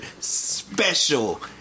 special